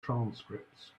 transcripts